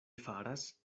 faras